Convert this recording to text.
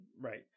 Right